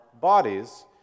bodies